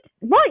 right